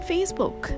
Facebook